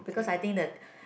because I think the